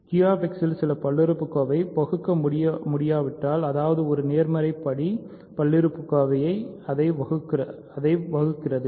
QX இல் சில பல்லுறுப்புக்கோவை பகுக்க முடியாவிட்டால் அதாவது ஒரு நேர்மறையான படி பல்லுறுப்புக்கோவை அதைப் வகுக்கிறது